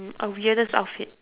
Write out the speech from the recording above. mm a weirdest outfit